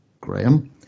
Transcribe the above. Graham